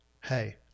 hey